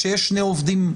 כשיש שני עובדים?